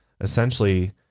essentially